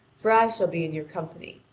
for i shall be in your company.